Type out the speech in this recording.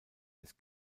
des